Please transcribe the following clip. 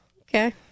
Okay